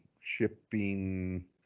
shipping